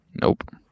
Nope